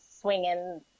swinging